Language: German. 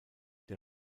der